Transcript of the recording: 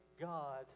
God